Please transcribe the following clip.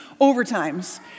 overtimes